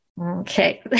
okay